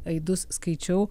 aidus skaičiau